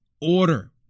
order